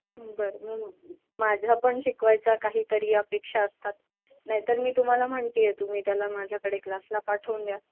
बरं मग माझ्या पण शिकवायच्या काहीतरी अपेक्षा असतात नाहीतर मी तुम्हाला म्हणते आहे तुम्ही त्याला माझ्याकडे क्लासला पाठवून द्या